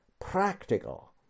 practical